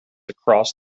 across